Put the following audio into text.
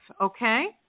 Okay